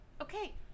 okay